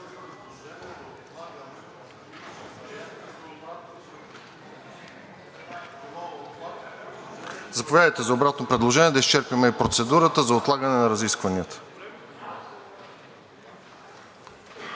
Заповядайте за обратно предложение, да изчерпим и процедурата за отлагане на разискванията.